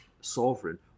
sovereign